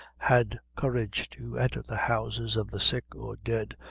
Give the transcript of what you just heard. had courage to enter the houses of the sick or dead,